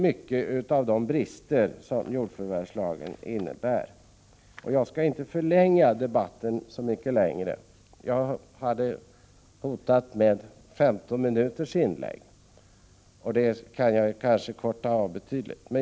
Många av de brister som jordförvärvslagen har, har ju tagits upp här. Jag skall inte förlänga debatten så mycket mer. Jag hade hotat med 15 minuters inlägg, men det kan jag kanske korta av betydligt.